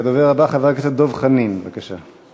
הדובר הבא, חבר הכנסת דב חנין, בבקשה.